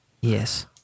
yes